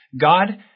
God